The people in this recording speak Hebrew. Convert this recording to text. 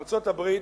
ארצות-הברית,